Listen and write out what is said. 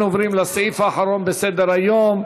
אנחנו עוברים לסעיף האחרון בסדר-היום: